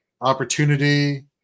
opportunity